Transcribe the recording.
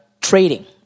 trading